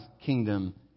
kingdom